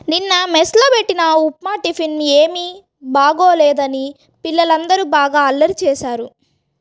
నిన్న మెస్ లో బెట్టిన ఉప్మా టిఫిన్ ఏమీ బాగోలేదని పిల్లలందరూ బాగా అల్లరి చేశారు